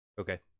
Okay